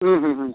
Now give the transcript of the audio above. ಹ್ಞೂ ಹ್ಞೂ ಹ್ಞೂ